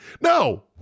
No